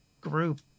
group